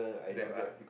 Grab ah